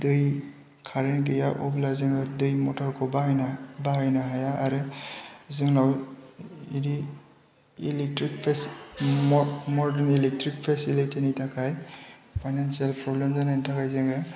दै कारेन्ट गैया अब्ला जोङो दै मथरखौ बाहायनो हाया आरो जोंनाव बिदि मडार्न इलेकट्रिक फेसिलिटिनि थाखाय फायनेन्सियेल प्रब्लेम जानायनि थाखाय जोङो